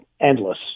endless